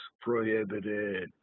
prohibited